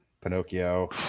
Pinocchio